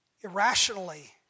irrationally